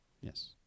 Yes